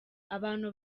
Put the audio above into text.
abantu